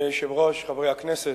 אדוני היושב-ראש, חברי הכנסת,